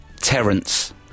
Terence